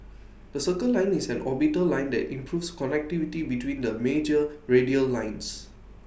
the circle line is an orbital line that improves connectivity between the major radial lines